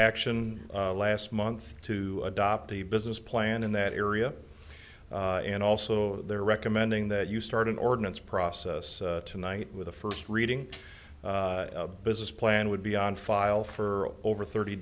action last month to adopt a business plan in that area and also they're recommending that you start an ordinance process tonight with the first reading a business plan would be on file for over thirty